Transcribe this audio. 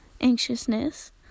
anxiousness